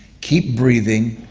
keep breathing,